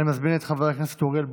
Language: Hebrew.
אני מזמין את חבר הכנסת אוריאל בוסו.